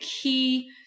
key